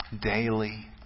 daily